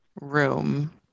room